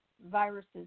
viruses